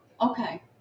okay